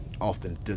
often